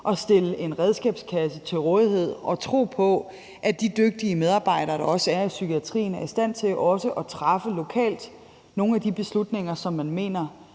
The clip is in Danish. at stille en redskabskasse til rådighed og tro på, at de dygtige medarbejdere, der er i psykiatrien, er i stand til lokalt at træffe nogle af de beslutninger, som man mener